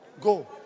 go